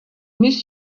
miss